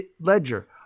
ledger